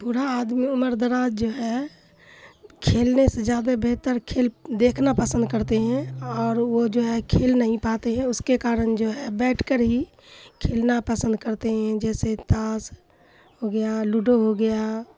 بوڑھا آدمی عمر دراز جو ہے کھیلنے سے زیادہ بہتر کھیل دیکھنا پسند کرتے ہیں اور وہ جو ہے کھیل نہیں پاتے ہیں اس کے کارن جو ہے بیٹھ کر ہی کھیلنا پسند کرتے ہیں جیسے تاش ہو گیا لوڈو ہو گیا